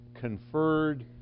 conferred